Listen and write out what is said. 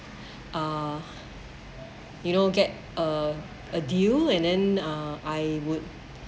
uh you know get uh a deal and then uh I would